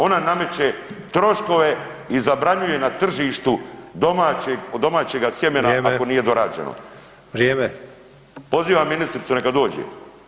Ona nameće troškove i zabranjuje na tržištu domaćega sjemena ako nije dorađeno [[Upadica: Vrijeme]] Pozivam ministricu neka dođe.